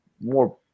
more